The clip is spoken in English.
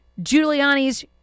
Giuliani's